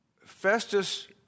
Festus